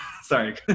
Sorry